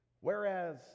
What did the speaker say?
whereas